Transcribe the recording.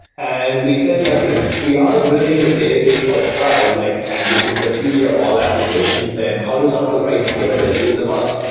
and we said like if we are building the database for the cloud, like and this is the future of all applications, then horizontal write scalability is a must.